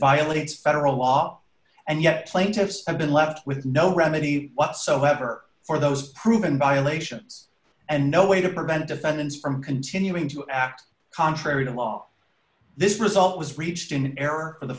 violates federal law and yet plaintiffs have been left with no remedy whatsoever for those proven by elations and no way to prevent defendants from continuing to act contrary to law this result was reached in error for the